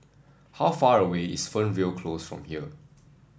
how far away is Fernvale Close from here